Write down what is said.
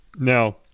Now